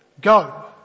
Go